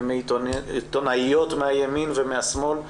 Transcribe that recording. עיתונאיות מהימין ומהשמאל,